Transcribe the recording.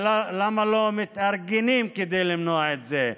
אבל למה לא מתארגנים כדי למנוע את זה?